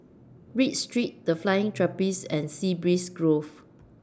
Read Street The Flying Trapeze and Sea Breeze Grove